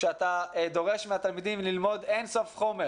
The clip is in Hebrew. כשאתה דורש מהתלמידים ללמוד אין-סוף חומר